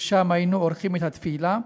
ושם היינו עורכים את התפילה,